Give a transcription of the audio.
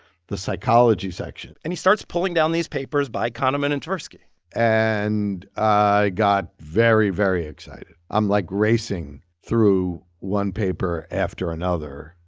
the psychology section and he starts pulling down these papers by kahneman and tversky and i got very, very excited. i'm, like, racing through one paper after another.